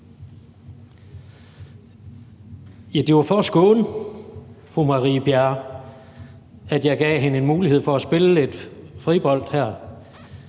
Det var for at skåne fru Marie Bjerre, at jeg gav hende en mulighed for at spille lidt fribold her.